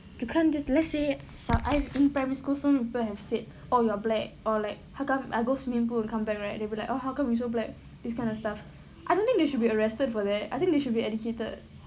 you can't just let's say some I in primary school so many people have said oh you're black or like how come I go swimming pool I come back right they'll be like oh how come you so black this kind of stuff I don't think they should be arrested for that I think they should be educated